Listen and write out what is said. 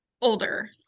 Older